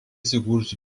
įsikūrusi